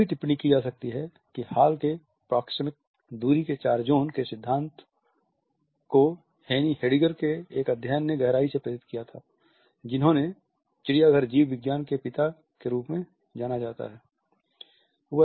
यह भी टिप्पणी की जा सकती है कि हॉल के प्रोक्सेमिक दूरी के चार ज़ोन के सिद्धांत को हेनी हेडिगर के एक अध्ययन ने गहराई से प्रेरित किया था जिन्हें चिड़ियाघर जीव विज्ञान के पिता के रूप में भी जाना जाता है